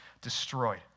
destroyed